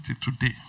today